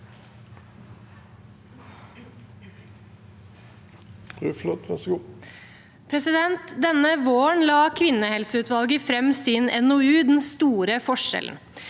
Denne våren la kvinnehelseutvalget fram sin NOU, Den store forskjellen.